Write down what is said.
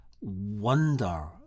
wonder